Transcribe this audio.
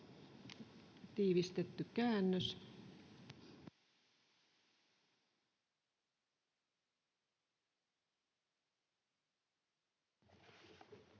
Tiivistetty käännös.